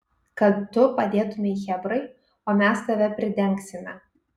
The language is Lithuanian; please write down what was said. kad tu padėtumei chebrai o mes tave pridengsime